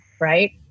right